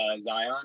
zion